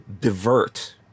divert